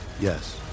Yes